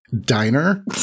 diner